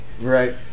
Right